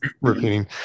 repeating